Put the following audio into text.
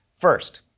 First